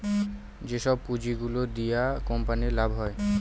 যেসব পুঁজি গুলো দিয়া কোম্পানির লাভ হয়